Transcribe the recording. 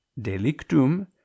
delictum